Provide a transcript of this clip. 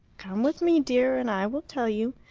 come with me, dear, and i will tell you.